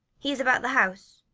he is about the house.